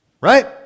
Right